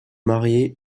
marié